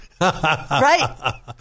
Right